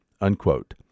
unquote